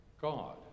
God